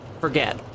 forget